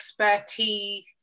expertise